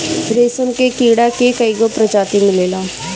रेशम के कीड़ा के कईगो प्रजाति मिलेला